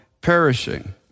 perishing